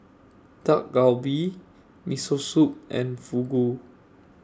Dak Galbi Miso Soup and Fugu